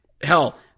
Hell